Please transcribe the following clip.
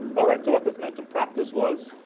alright so, what this meant in practice was,